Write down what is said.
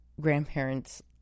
grandparents